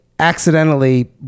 accidentally